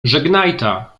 żegnajta